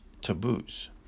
taboos